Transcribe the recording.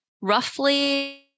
roughly